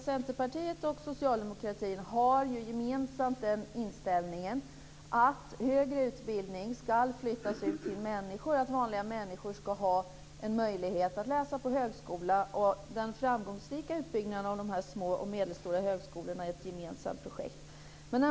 Centerpartiet och socialdemokratin har gemensamt den inställningen att högre utbildning skall flyttas ut till människor och att vanliga människor skall ha en möjlighet att läsa på högskola. Den framgångsrika utbyggnaden av de små och medelstora högskolorna är ett gemensamt projekt.